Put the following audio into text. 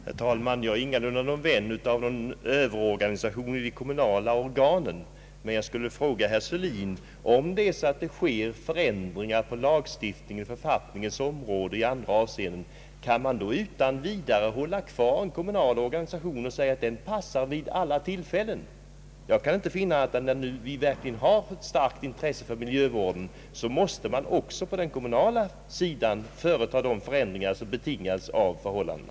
Herr talman! Jag är ingalunda någon vän av överorganisation i de kommunala organen. Men jag skulle vilja fråga herr Sörlin: Om det sker förändringar på lagstiftningens område i andra avseenden, kan man då utan vidare nöja sig med att bara ha kvar en tidigare kommunal organisation och säga att den passar även för det nya? Jag kan inte finna annat än att om man har ett verkligt intresse för miljövården så måste man också på den kommunala sidan företa de förändringar som betingas av de nya förhållandena.